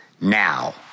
now